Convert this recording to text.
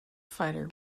fighter